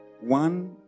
One